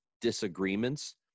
disagreements